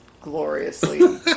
gloriously